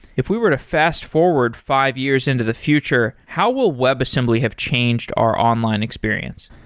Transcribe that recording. if we were to fast forward five years into the future, how will webassembly have changed our online experience?